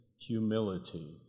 humility